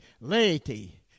laity